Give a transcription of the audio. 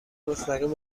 مستقیم